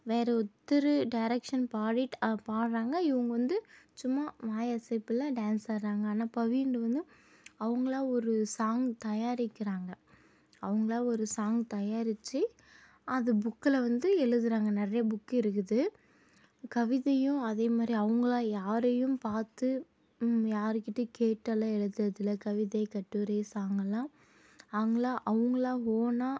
வேற ஒருத்தர் டேரெக்ஷன் பாடிட் பாடுறாங்க இவங்க வந்து சும்மா வாய் அசைப்பில் டான்ஸ் ஆடுறாங்க ஆனால் பவின் வந்து அவங்களா ஒரு சாங் தயாரிக்கிறாங்கள் அவங்களா ஒரு சாங் தயாரித்து அதை புக்கில் வந்து எழுதுறாங்க நிறைய புக் இருக்குது கவிதையும் அதேமாதிரி அவங்களா யாரையும் பார்த்து யாருக்கிட்டையும் கேட்டெல்லாம் எழுதுறது இல்லை கவிதை கட்டுரை சாங் எல்லாம் அவங்களா அவங்களா ஓனாக